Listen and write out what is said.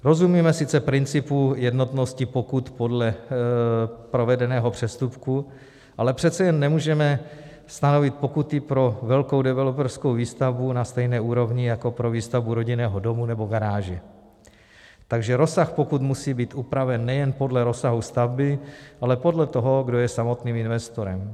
Rozumíme sice principu jednotnosti pokut podle provedeného přestupku, ale přece jen nemůžeme stanovit pokuty pro velkou developerskou výstavbu na stejné úrovni jako pro výstavbu rodinného domu nebo garáže, takže rozsah pokut musí být upraven nejen podle rozsahu stavby, ale podle toho, kdo je samotným investorem.